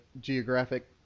geographic